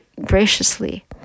graciously